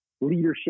leadership